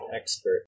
...expert